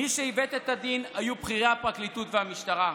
מי שעיוות את הדין היו בכירי הפרקליטות והמשטרה.